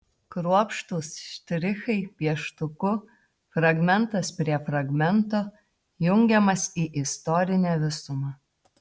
kruopštūs štrichai pieštuku fragmentas prie fragmento jungiamas į istorinę visumą